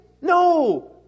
no